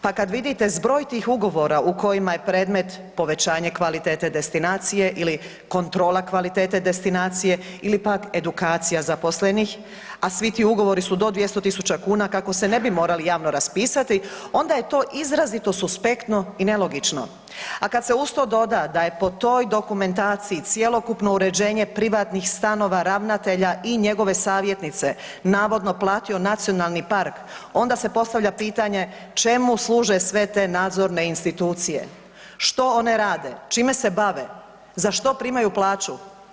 Pa kada vidite zbroj tih ugovora u kojima je predmet povećanje kvalitete destinacije ili kontrola kvalitete destinacije ili pak edukacija zaposlenih, a svi ti ugovori su do 200.000 kuna kako se ne bi morali javno raspisati onda je to izrazito suspektno i nelogično, a kad se uz to doda da je po toj dokumentaciji cjelokupno uređenje privatnih stanova ravnatelja i njegove savjetnice navodno platio NP onda se postavlja pitanje, čemu služe sve te nadzorne institucije, što one rade, čime se bave, za što primaju plaću.